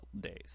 days